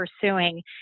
pursuing